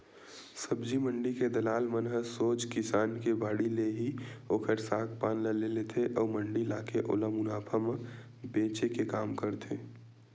सब्जी मंडी के दलाल मन ह सोझ किसान के बाड़ी ले ही ओखर साग पान ल ले लेथे अउ मंडी लाके ओला मुनाफा म बेंचे के काम करथे